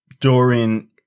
Dorian